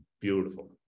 Beautiful